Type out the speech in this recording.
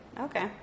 Okay